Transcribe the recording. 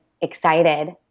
excited